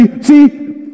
See